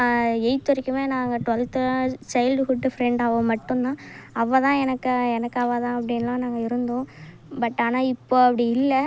eighth வரைக்கும் நாங்கள் டுவெல்த்துலலாம் சைல்ட்டுகுட்டு ஃப்ரெண்டாகவும் மட்டும் தான் அவள் தான் எனக்கு எனக்கு அவள் தான் அப்படின்லாம் நாங்கள் இருந்தோம் பட் ஆனால் இப்போ அப்படி இல்லை